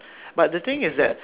but the thing is that